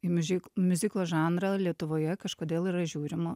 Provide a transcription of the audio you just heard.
imžik miuziklo žanrą lietuvoje kažkodėl yra žiūrima